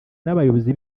n’abayobozi